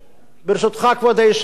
ברשותך כבוד היושב-ראש,